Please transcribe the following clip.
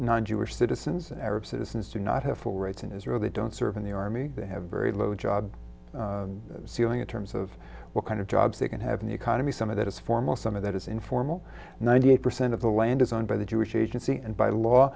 non jewish citizens and arab citizens do not have full rights in israel they don't serve in the army they have very low job ceiling in terms of what kind of jobs they can have in the economy some of it is formal some of that is informal ninety percent of the land is owned by the jewish agency and by law